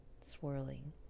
swirling